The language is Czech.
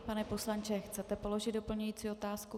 Pane poslanče, chcete položit doplňující otázku?